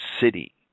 city